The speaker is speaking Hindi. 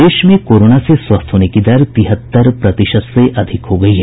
प्रदेश में कोरोना से स्वस्थ होने की दर तिहत्तर प्रतिशत से अधिक हो गयी है